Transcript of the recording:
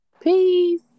Peace